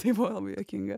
tai buvo labai juokinga